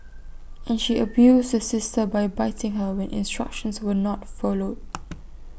and she abused the sister by biting her when instructions were not followed